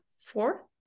four